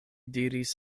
diris